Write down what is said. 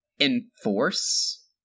enforce